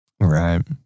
Right